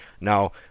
Now